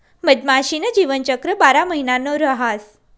मधमाशी न जीवनचक्र बारा महिना न रहास